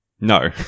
No